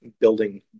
building